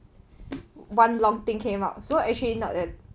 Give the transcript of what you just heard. one long thing came out so actually not that